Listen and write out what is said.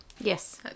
Yes